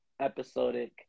episodic